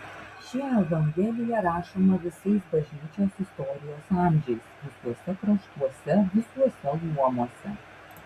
ši evangelija rašoma visais bažnyčios istorijos amžiais visuose kraštuose visuose luomuose